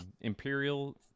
imperial